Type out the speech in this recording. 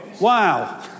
wow